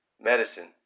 medicine